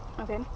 Okay